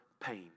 pain